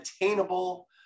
attainable